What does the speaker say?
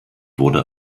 wurde